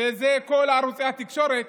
שאלה כל ערוצי התקשורת